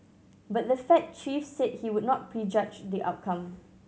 but the Fed chief said he would not prejudge the outcome